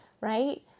right